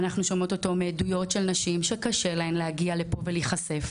ואנחנו שומעות אותו מעדויות של נשים שקשה להן להגיע לפה ולהיחשף,